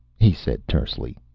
he said tersely.